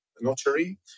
notary